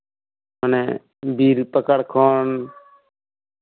ᱢᱟᱱᱮ ᱵᱤᱨ ᱯᱟᱠᱟᱲ ᱠᱷᱚᱱ